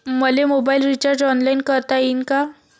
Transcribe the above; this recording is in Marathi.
मले मोबाईल रिचार्ज ऑनलाईन करता येईन का?